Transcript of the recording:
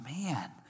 man